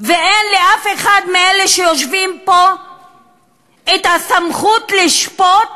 ואין לאף אחד מהיושבים פה סמכות לשפוט